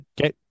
Okay